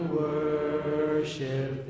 worship